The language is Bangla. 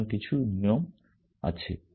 সুতরাং কিছু নিয়ম আছে